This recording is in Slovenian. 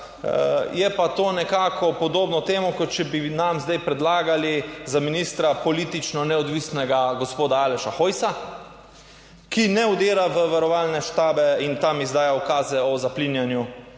Je pa to nekako podobno temo, kot če bi nam zdaj predlagali za ministra politično neodvisnega gospoda Aleša Hojsa, ki ne vdira v varovalne štabe in tam izdaja ukaze o zaplinjanju, ne